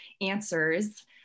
answers